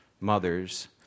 mothers